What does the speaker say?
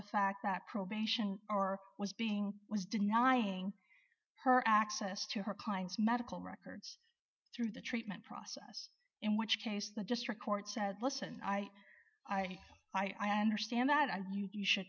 the fact that probation or was being was denying her access to her kinds medical records through the treatment process in which case the district court said listen i i i understand that you should